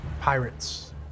Pirates